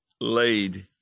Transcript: laid